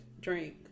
drink